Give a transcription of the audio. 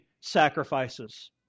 sacrifices